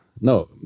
no